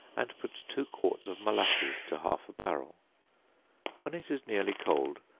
and put two quarts of molasses to half a barrel when it is nearly cold,